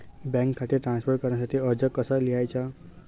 Bank खाते transfer करण्यासाठी अर्ज कसा लिहायचा?